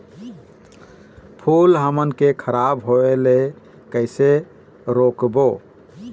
फूल हमन के खराब होए ले कैसे रोकबो?